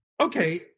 Okay